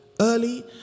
early